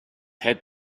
had